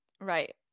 right